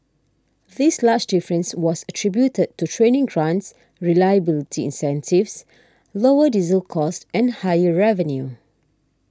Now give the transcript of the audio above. this large difference was attributed to training grants reliability incentives lower diesel costs and higher revenue